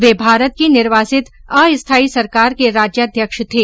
वे भारत की निर्वासित अस्थायी सरकार के राज्याध्यक्ष थे